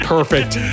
Perfect